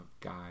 God